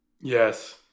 Yes